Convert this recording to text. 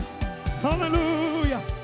Hallelujah